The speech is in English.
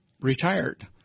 retired